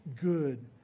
good